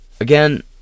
Again